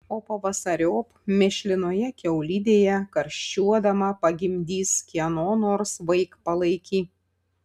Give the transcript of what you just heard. o pavasariop mėšlinoje kiaulidėje karščiuodama pagimdys kieno nors vaikpalaikį